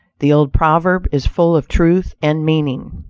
the old proverb is full of truth and meaning,